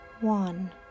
one